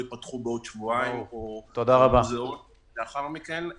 ייפתחו בעוד שבועיים ומוזיאונים לאחר מכן,